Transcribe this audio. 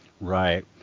right